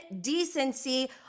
decency